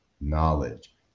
knowledge